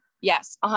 Yes